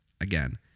Again